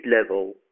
level